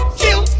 kill